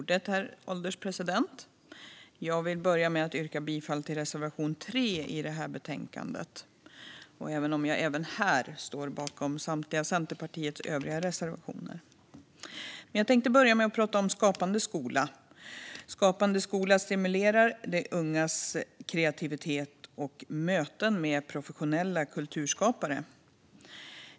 Herr ålderspresident! Jag vill börja med att yrka bifall till reservation 3 i betänkandet även om jag även här står bakom samtliga Centerpartiets övriga reservationer. Jag ska inledningsvis prata om Skapande skola. Skapande skola stimulerar de ungas kreativitet och skapar möten med professionella kulturskapare.